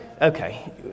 Okay